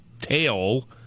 tail